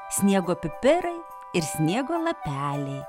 sniego pipirai ir sniego lapeliai